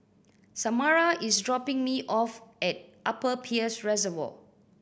Samara is dropping me off at Upper Peirce Reservoir